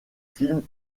films